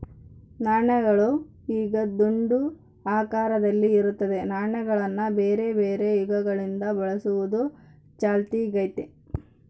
ನಾಣ್ಯಗಳು ಈಗ ದುಂಡು ಆಕಾರದಲ್ಲಿ ಇರುತ್ತದೆ, ನಾಣ್ಯಗಳನ್ನ ಬೇರೆಬೇರೆ ಯುಗಗಳಿಂದ ಬಳಸುವುದು ಚಾಲ್ತಿಗೈತೆ